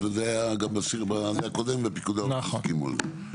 זה היה גם בקודם ופיקוד העורף הסכימו על זה.